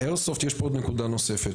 לגבי האיירסופט יש פה עוד נקודה נוספת.